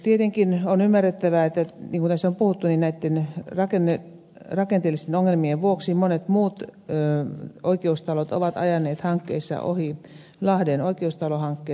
tietenkin on ymmärrettävää niin kuin tässä on puhuttu että näitten rakenteellisten ongelmien vuoksi monet muut oikeustalot ovat ajaneet hankkeissa ohi lahden oikeustalohankkeen